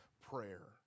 prayer